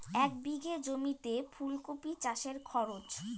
এক বিঘে জমিতে ফুলকপি চাষে খরচ?